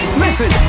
listen